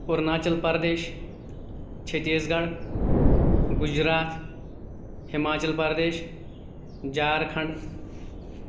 Arunachal Pradesh Chhattisgarh Gujarat Himachal Pradesh Jharkhand